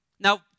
Now